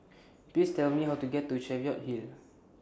Please Tell Me How to get to Cheviot Hill